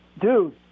dude